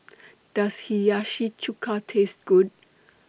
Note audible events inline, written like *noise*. *noise* Does Hiyashi Chuka Taste Good